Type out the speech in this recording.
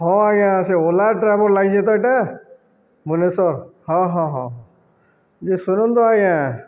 ହଁ ଆଜ୍ଞା ସେ ଓଲା ଡ୍ରାଇଭର ଲାଗିଛି ତ ଏଇଟା ଭୁବନେଶ୍ୱର ହଁ ହଁ ହଁ ଯେ ଶୁଣନ୍ତୁ ଆଜ୍ଞା